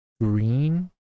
green